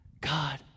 God